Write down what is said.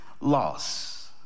loss